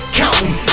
counting